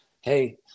Hey